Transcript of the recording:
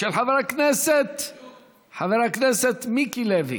של חבר הכנסת מיקי לוי.